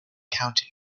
county